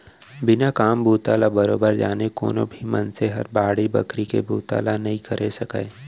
बिना काम बूता ल बरोबर जाने कोनो भी मनसे हर बाड़ी बखरी के बुता ल नइ करे सकय